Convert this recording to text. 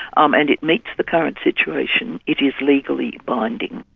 um and it meets the current situation, it is legally binding.